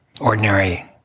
ordinary